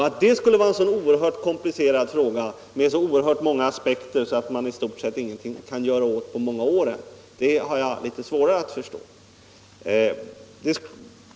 Att det skulle vara en så oerhört komplicerad fråga med så många aspekter att man i stort sett ingenting kan göra åt den på många år än, det har jag litet svårare att förstå.